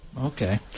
Okay